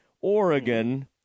Oregon